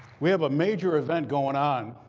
we have a major event going on.